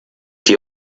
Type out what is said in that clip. die